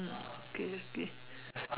okay okay